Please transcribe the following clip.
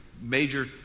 major